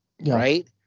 right